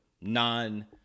non